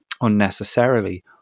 unnecessarily